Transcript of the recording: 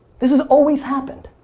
this has always happened.